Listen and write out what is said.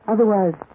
Otherwise